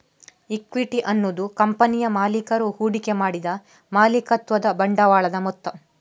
equity ಅನ್ನುದು ಕಂಪನಿಯ ಮಾಲೀಕರು ಹೂಡಿಕೆ ಮಾಡಿದ ಮಾಲೀಕತ್ವದ ಬಂಡವಾಳದ ಮೊತ್ತ